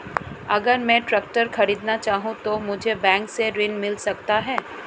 अगर मैं ट्रैक्टर खरीदना चाहूं तो मुझे बैंक से ऋण मिल सकता है?